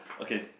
okay